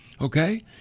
Okay